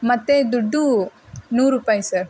ಮತ್ತು ದುಡ್ಡು ನೂರು ರೂಪಾಯ್ ಸರ್